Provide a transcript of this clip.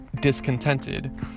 discontented